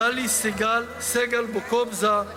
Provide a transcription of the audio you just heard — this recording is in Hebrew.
גלי סגל... סגל בוקובזה